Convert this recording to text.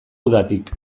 udatik